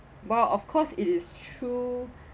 while of course it is true